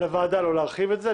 לוועדה לא להרחיב את זה,